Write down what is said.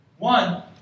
One